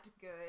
good